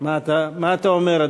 מה אתה אומר,